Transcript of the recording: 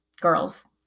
girls